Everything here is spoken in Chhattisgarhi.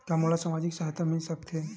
का मोला सामाजिक सहायता मिल सकथे?